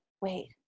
wait